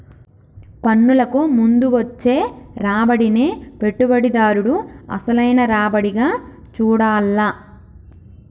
పన్నులకు ముందు వచ్చే రాబడినే పెట్టుబడిదారుడు అసలైన రాబడిగా చూడాల్ల